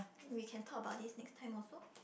we can talk about this next time also